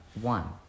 One